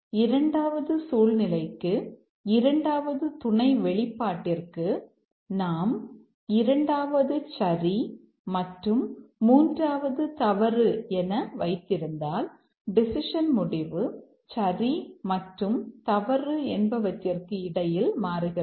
இரண்டாவது சூழ்நிலைக்கு இரண்டாவது துணை வெளிப்பாட்டிற்கு நாம் இரண்டாவது சரி மற்றும் மூன்றாவது தவறு என வைத்திருந்தால் டெசிஷன் முடிவு சரி மற்றும் தவறு என்பவற்றிற்கு இடையில் மாறுகிறது